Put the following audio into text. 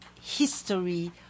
history